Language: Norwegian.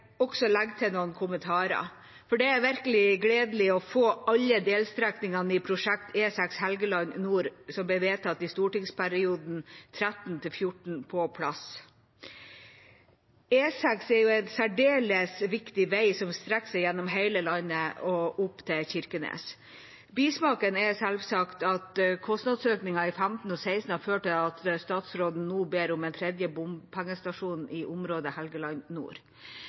også legge til noen kommentarer. Det er virkelig gledelig å få på plass alle delstrekningene i prosjekt E6 Helgeland nord, som ble vedtatt i stortingsperioden 2013–2014. E6 er en særdeles viktig vei, som strekker seg gjennom hele landet og opp til Kirkenes. Bismaken er selvsagt at kostnadsøkninger i 2015 og 2016 har ført til at statsråden nå ber om en tredje bompengestasjon i området Helgeland nord.